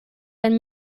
ein